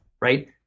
right